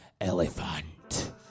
elephant